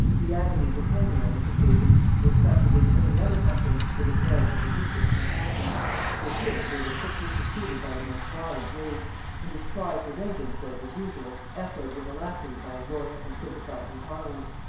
the agonies of henry on this occasion were such as in any other husband would have merited the deepest compassion with him they were quickly succeeded by the most violent rage and his cry for vengeance was, as usual, echoed with alacrity by a loyal and sympathizing parliament.